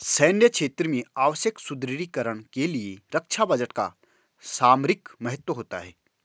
सैन्य क्षेत्र में आवश्यक सुदृढ़ीकरण के लिए रक्षा बजट का सामरिक महत्व होता है